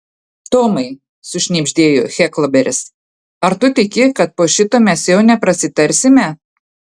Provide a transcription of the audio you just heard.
tomai sušnibždėjo heklberis ar tu tiki kad po šito mes jau neprasitarsime